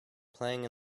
playing